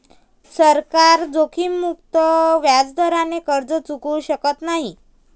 सरकार जोखीममुक्त व्याजदराने कर्ज चुकवू शकत नाही